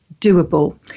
doable